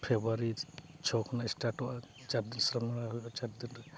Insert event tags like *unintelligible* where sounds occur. ᱯᱷᱮᱵᱽᱨᱩᱣᱟᱨᱤ ᱪᱷᱚ ᱠᱷᱚᱱᱟᱜ ᱥᱴᱟᱨᱴᱚᱜᱼᱟ *unintelligible* ᱦᱩᱭᱩᱜᱼᱟ ᱪᱟᱨ ᱫᱤᱱ